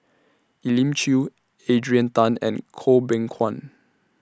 Elim Chew Adrian Tan and Goh Beng Kwan